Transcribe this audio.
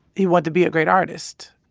he wanted to be a great artist.